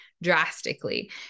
Drastically